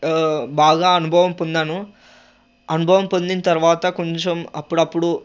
బాగా అనుభవం పొందాను అనుభవం పొందిన తర్వాత కొంచెం అప్పుడప్పుడు